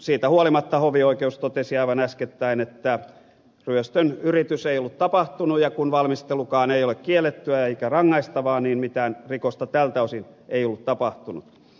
siitä huolimatta hovioikeus totesi aivan äskettäin että ryöstön yritys ei ollut tapahtunut ja kun valmistelukaan ei ole kiellettyä eikä rangaistavaa niin mitään rikosta tältä osin ei ollut tapahtunut